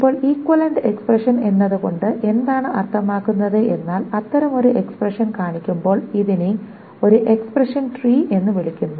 ഇപ്പോൾ equivalent expression എന്നതുകൊണ്ട് എന്താണ് അർത്ഥമാക്കുന്നത് എന്നാൽ അത്തരമൊരു എക്സ്പ്രെഷൻ കാണിക്കുമ്പോൾ ഇതിനെ ഒരു എക്സ്പ്രഷൻ ട്രീ എന്ന് വിളിക്കുന്നു